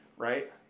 Right